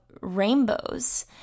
rainbows